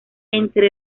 entre